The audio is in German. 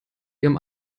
ihrem